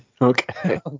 okay